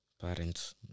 Parents